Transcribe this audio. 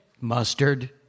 mustard